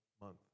month